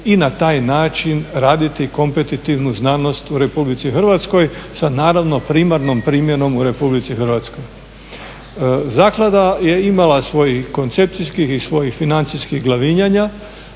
i na taj način raditi kompetitivnu znanost u Republici Hrvatskoj sa naravno primarnom primjenom u Republici Hrvatskoj. Zaklada je imala svojih koncepcijskih i svojih financijskih glavinjanja.